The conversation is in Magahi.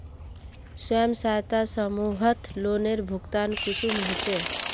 स्वयं सहायता समूहत लोनेर भुगतान कुंसम होचे?